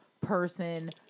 person